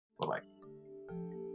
Bye-bye